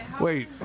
Wait